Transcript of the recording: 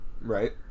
right